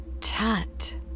Tut